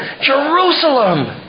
Jerusalem